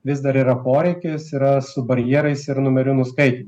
vis dar yra poreikis yra su barjerais ir numerių nuskaitymu